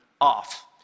off